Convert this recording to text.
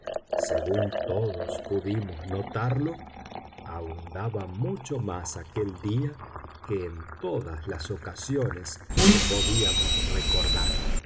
según todos pudimos notarlo abundaba mucho más aquel día que en todas las ocasiones que podíamos recordar